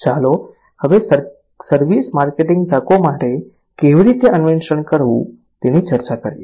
ચાલો હવે service marketing તકો માટે કેવી રીતે અન્વેષણ કરવું તેની ચર્ચા કરીએ